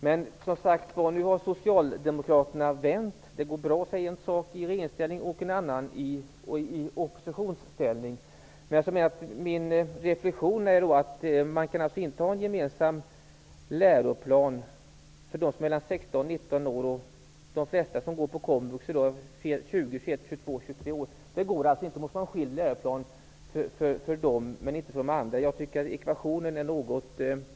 Nu har Socialdemokraterna, som sagt, ändrat uppfattning. Det går bra att säga en sak i regeringsställning och en annan i oppositionsställning. Jag måste göra en reflexion. Det kan alltså vara en gemensam läroplan för dem som är mellan 16 och 19 år. De flesta som i dag går på komvux är 20--23 år. De kan inte omfattas av samma läroplan. Det måste finnas en separat läroplan som inte gäller de andra.